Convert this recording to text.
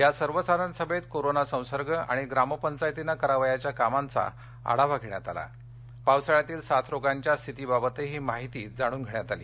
या सर्व साधारण सभेत कोरोना संसर्ग आणि ग्रामपंचायतीने करावयाच्या कामांचा आढावा घेण्यात आला पावसाळ्यातील साथरोगांच्या स्थितीबाबतही माहिती जाणून घेण्यात आली